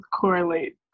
Correlate